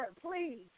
please